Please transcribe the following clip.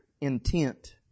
intent